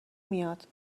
میاد